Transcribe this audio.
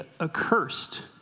accursed